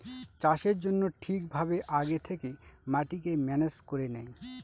চাষের জন্য ঠিক ভাবে আগে থেকে মাটিকে ম্যানেজ করে নেয়